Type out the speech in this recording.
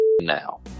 now